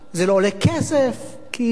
זה לא עולה כסף, כאילו.